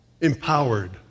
Empowered